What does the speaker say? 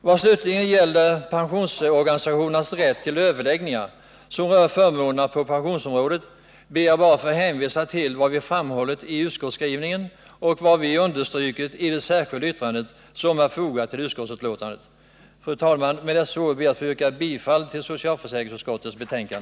Vad slutligen gäller pensionärsorganisationernas rätt till överläggningar som rör förmånerna på pensionsområdet ber jag få hänvisa till vad vi framhållit i utskottsskrivningen och vad vi understrukit i det särskilda yttrande som är fogat till utskottsbetänkandet. Fru talman! Med dessa ord ber jag att få yrka bifall till socialförsäkringsutskottets hemställan.